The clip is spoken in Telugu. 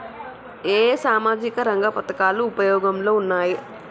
ఏ ఏ సామాజిక రంగ పథకాలు ఉపయోగంలో ఉన్నాయి?